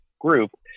group